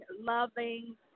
loving